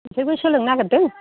नोंसोरबो सोलोंनो नागिरदों